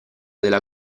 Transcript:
della